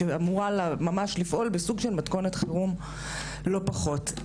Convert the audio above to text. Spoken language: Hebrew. שאמורה ממש לפעול בסוג של מתכונת חירום, לא פחות.